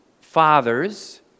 fathers